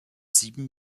sieben